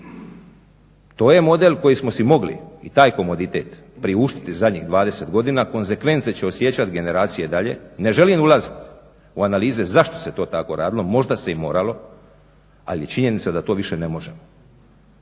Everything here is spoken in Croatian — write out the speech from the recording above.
To je model koji smo si mogli i taj komoditet priuštiti zadnjih 20 godina konzekvence će osjećati generacije dalje. Ne želim ulaziti u analize zašto se to tako radilo, možda se i moralo. Ali je činjenica da to više ne možemo.